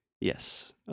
Yes